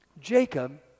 Jacob